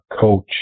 coach